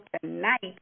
tonight